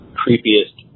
creepiest